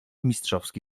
mistrzowski